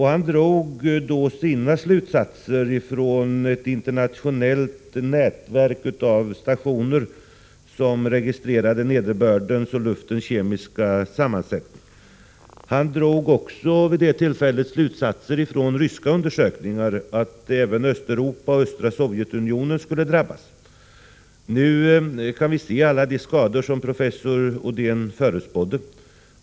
Han drog sina slutsatser från ett internationellt nätverk av stationer som registrerade nederbördens och luftens kemiska sammansättning. Han drog också slutsatser från ryska undersökningar om att även Östeuropa och östra Sovjetunionen skulle drabbas. Nu kan vi se alla de skador som professor Odén förutspådde.